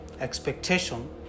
expectation